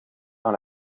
dans